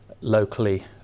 locally